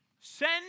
Send